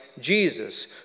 Jesus